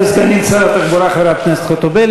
תודה לסגנית שר התחבורה חברת הכנסת חוטובלי.